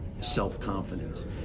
self-confidence